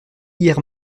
hier